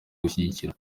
gushyigikirwa